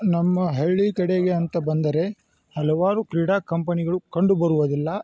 ನಮ್ಮ ಹಳ್ಳಿ ಕಡೆಗೆ ಅಂತ ಬಂದರೆ ಹಲವಾರು ಕ್ರೀಡಾ ಕಂಪನಿಗಳು ಕಂಡುಬರುವುದಿಲ್ಲ